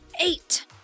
Eight